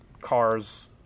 cars